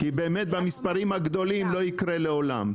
כי באמת במספרים הגדולים לא יקרה לעולם,